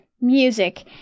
music